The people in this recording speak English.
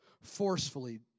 forcefully